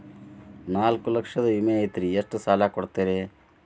ನಾಲ್ಕು ಲಕ್ಷದ ವಿಮೆ ಐತ್ರಿ ಎಷ್ಟ ಸಾಲ ಕೊಡ್ತೇರಿ?